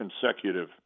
consecutive